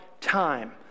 time